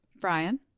Brian